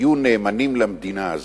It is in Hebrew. תהיו נאמנים למדינה הזאת.